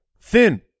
thin